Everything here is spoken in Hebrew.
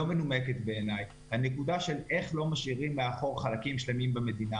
מנומקת בה וזאת הנקודה של איך לא משאירים מאחור חלקים שלמים במדינה.